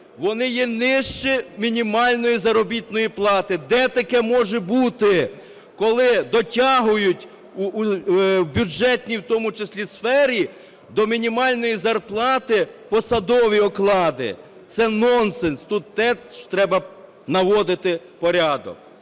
вони є нижчі мінімальної заробітної плати. Де таке може бути, коли дотягують в бюджетній в тому числі сфері до мінімальної зарплати посадові оклади? Це нонсенс, тут теж треба наводити порядок.